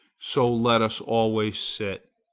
so let us always sit.